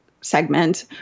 segment